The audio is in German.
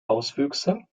auswüchse